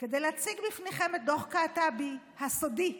כדי להציג בפניכם את דוח קעטבי הסודי.